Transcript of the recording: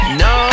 no